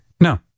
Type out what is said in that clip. no